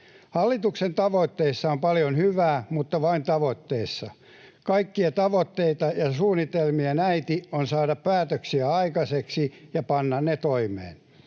Hallituksen tavoitteissa on paljon hyvää, mutta vain tavoitteissa. Kaikkien tavoitteiden ja suunnitelmien äiti on saada päätöksiä aikaiseksi ja panna ne toimeen.